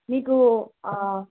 మీకు